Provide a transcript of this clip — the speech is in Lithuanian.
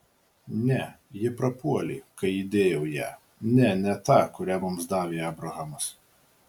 ne ji prapuolė kai įdėjau ją ne ne tą kurią mums davė abrahamas